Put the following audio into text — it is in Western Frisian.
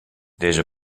dizze